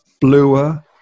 bluer